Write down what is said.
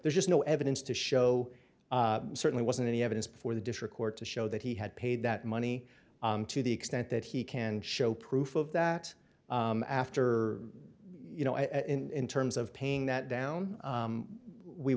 there's just no evidence to show certainly wasn't any evidence before the district court to show that he had paid that money to the extent that he can show proof of that after you know in terms of paying that down